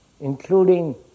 including